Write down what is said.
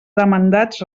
demandats